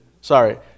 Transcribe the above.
sorry